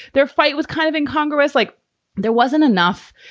their fight was kind of incongruous, like there wasn't enough.